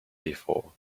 before